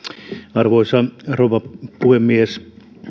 arvoisa rouva puhemies